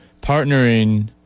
partnering